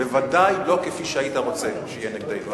בוודאי לא כפי שהיית רוצה שיהיה נגדנו,